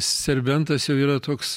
serbentas jau yra toks